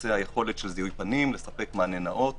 בנושא היכולת של זיהוי פנים לספק מענה נאות